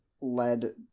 led